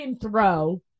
throw